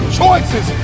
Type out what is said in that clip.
choices